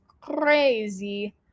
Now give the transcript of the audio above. crazy